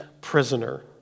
prisoner